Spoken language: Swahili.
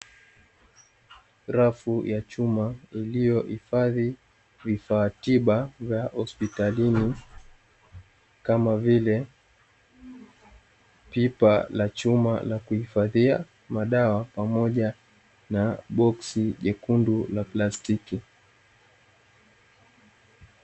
Rafu ya chuma iliyohifadhi vifaa tiba vya hospitalini, kama vile pipa la chuma la kuhifadhia madawa, pamoja na boksi lekundu la plastiki.